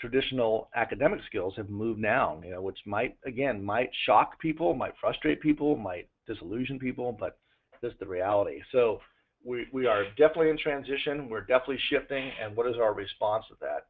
traditional academic skills have moved now yeah which might again, might shock people, might frustrate people, might disillusion people but it is the reality. so we we are definitely in transition, we're definitely shifting and what is our response to that?